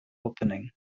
opening